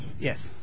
Yes